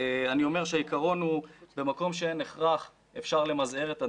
אני אומר שהעיקרון הוא במקום שנחרך אפשר למזער את הנזק,